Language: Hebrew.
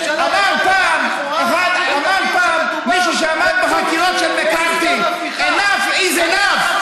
אמר פעם מישהו שעמד בחקירות של מקארת'י?enough is enough .